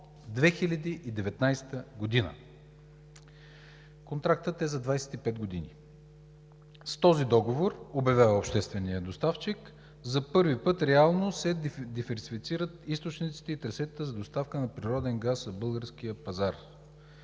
2019 г.! Контрактът е за 25 години. С този договор, обявява общественият доставчик, за първи път реално се диверсифицират източниците и трасетата за доставка на природен газ за българския пазар.